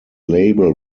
label